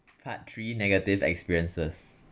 part three negative experiences